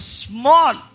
small